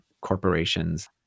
corporations